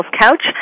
Couch